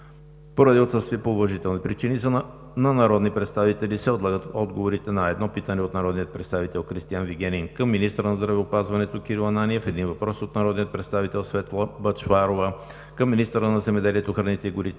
Поради отсъствие по уважителни причини на народни представители се отлагат отговорите на: - едно питане от народния представител Кристиан Вигенин към министъра на здравеопазването Кирил Ананиев; - един въпрос от народния представител Светла Бъчварова към министъра на земеделието, храните и горите